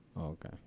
Okay